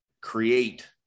create